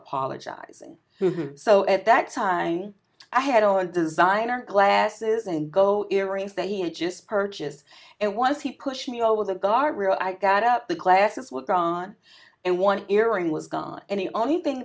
apologizing so at that time i had all designer glasses and go earrings that he had just purchased and once he pushed me over the guard where i got up the glasses were grant and one earring was gone and the only thing